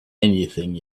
anything